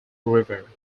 river